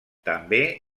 també